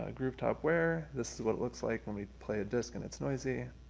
ah groove-top wear, this is what it looks like when we play a disc and it's noisy.